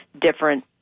different